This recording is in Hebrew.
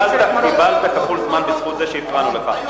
קיבלת כפול זמן בזכות זה שהפרענו לך.